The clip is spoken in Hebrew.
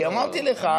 כי אמרתי לך,